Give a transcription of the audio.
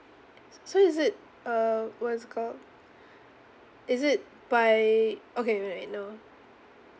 uh so so is it uh what is it called is it by okay wait a minute no ah